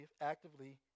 actively